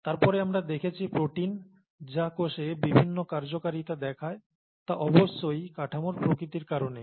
তারপরে আমরা দেখেছি প্রোটিন যা কোষে বিভিন্ন কার্যকারিতা দেখায় তা অবশ্যই কাঠামোর প্রকৃতির কারণে